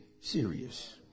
serious